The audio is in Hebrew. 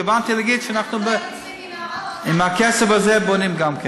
עם הכסף הזה גם בונים.